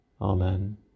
Amen